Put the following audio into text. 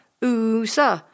Usa